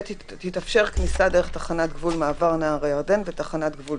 (ב) תתאפשר כניסה דרך תחנת גבול "מעבר נהר הירדן" ותחנת גבול